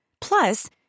Plus